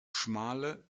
schmale